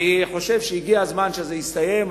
אני חושב שהגיע הזמן שזה יסתיים.